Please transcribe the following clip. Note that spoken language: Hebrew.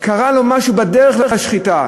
קרה לו משהו בדרך לשחיטה,